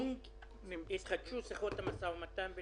(הישיבה נפסקה בשעה 14:00 ונתחדשה בשעה 14:05.)